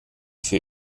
für